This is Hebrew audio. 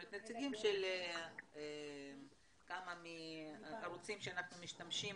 נציגים של כמה מהערוצים שאנחנו משתמשים